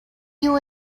you